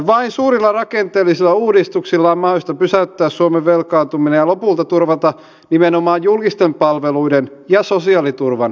vain suurilla rakenteellisilla uudistuksilla on mahdollista pysäyttää suomen velkaantuminen ja lopulta turvata nimenomaan julkisten palveluiden ja sosiaaliturvan rahoitus hyvinvointivaltio